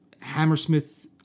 Hammersmith